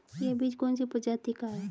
यह बीज कौन सी प्रजाति का है?